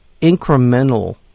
incremental